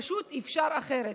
פשוט אפשר אחרת.